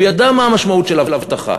הוא ידע מה המשמעות של הבטחה.